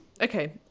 okay